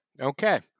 Okay